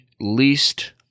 least